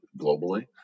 globally